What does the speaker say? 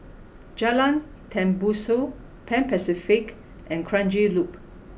Jalan Tembusu Pan Pacific and Kranji Loop